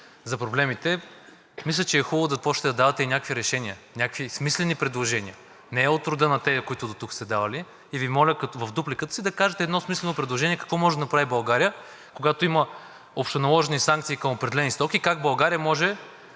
за проблемите, мисля, че е хубаво да започнете да давате и някакви решения, някакви смислени предложения – не от рода на тези, които дотук сте давали, и моля в дупликата си да кажете едно смислено предложение какво може да направи България, когато има общоналожени санкции към определени стоки, как България може